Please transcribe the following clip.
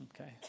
Okay